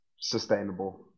sustainable